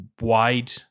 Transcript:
wide